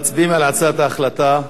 מצביעים על הצעת ההחלטה.